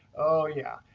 oh yeah,